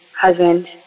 husband